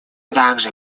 также